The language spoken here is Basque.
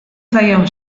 zaio